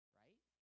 right